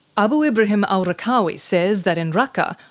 abu ibrahim al-raqqawi says that in raqqa,